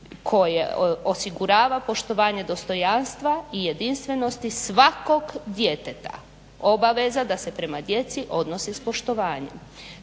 koje osigurava poštovanje dostojanstva i jedinstvenosti svakog djeteta, obaveza da se prema djeci odnosi s poštovanjem,